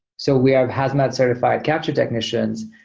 so we have hazmat certified capture technicians.